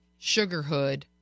sugarhood